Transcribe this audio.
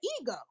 ego